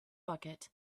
bucket